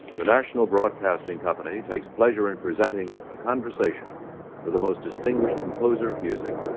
the national broadcasting company takes pleasure in presenting a conversation with the most distinguished composer of music,